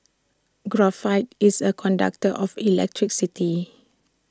graphite is A conductor of electricity